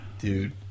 Dude